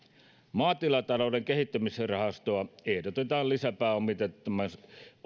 maatilatalouden kehittämisrahastoa ehdotetaan lisäpääomitettavaksi